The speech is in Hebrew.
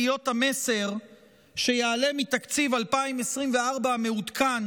להיות המסר שיעלה מתקציב 2024 המעודכן